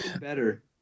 better